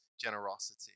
generosity